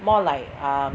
more like um